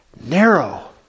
narrow